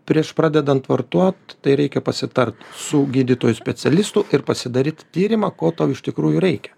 prieš pradedant vartot tai reikia pasitart su gydytoju specialistu ir pasidaryt tyrimą ko tau iš tikrųjų reikia